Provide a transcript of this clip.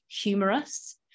humorous